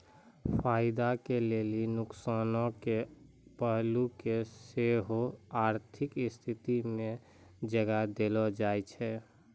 फायदा के लेली नुकसानो के पहलू के सेहो आर्थिक स्थिति मे जगह देलो जाय छै